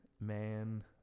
man